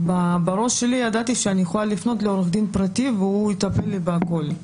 בראש שלי ידעתי שאני יכולה לפנות לעורך דין פרטי והוא יטפל לי בכול.